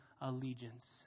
allegiance